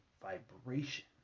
vibration